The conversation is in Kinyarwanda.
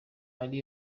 ari